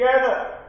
together